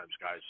guys